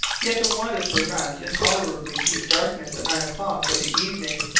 yet the waters were wrapped in tolerably deep darkness at nine o'clock in the evening,